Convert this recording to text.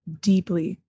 deeply